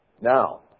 Now